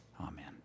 Amen